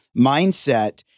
mindset